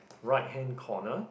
right hand corner